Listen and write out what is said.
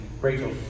Rachel